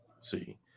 see